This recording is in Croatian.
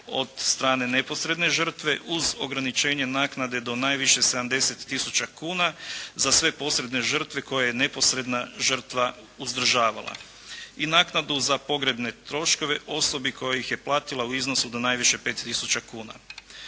od strane neposredne žrtve uz ograničenje naknade do najviše 70 tisuća kuna za sve posredne žrtve koje je neposredna žrtva uzdržavala. I naknadu za pogrebne troškove osobi koja ih je platila u iznosu do najviše 5 tisuća kuna.